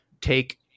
take